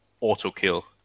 auto-kill